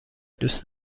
دوست